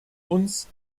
uns